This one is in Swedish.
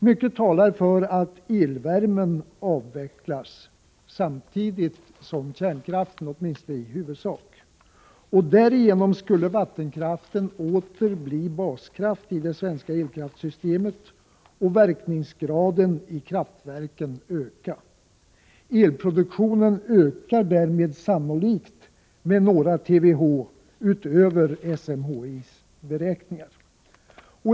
Mycket talar för att elvärmen avvecklas samtidigt med kärnkraften, åtminstone i huvudsak. Därigenom skulle vattenkraften åter bli en baskraft i det svenska elkraftssystemet och verkningsgraden i kraftverken öka. Elproduktionen ökar därmed sannolikt med några TWh utöver SMHI:s beräkningar.